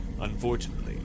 Unfortunately